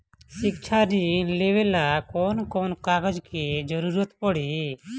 शिक्षा ऋण लेवेला कौन कौन कागज के जरुरत पड़ी?